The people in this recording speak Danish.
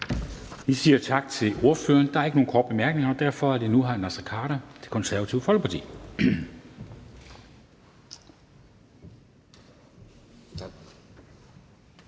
Tak til ordføreren. Der er ikke nogen korte bemærkninger, og derfor er det nu hr. Naser Khader, Det Konservative Folkeparti.